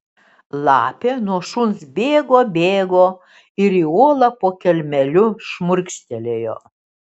lapė nuo šuns bėgo bėgo ir į olą po kelmeliu šmurkštelėjo